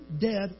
dead